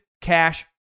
cash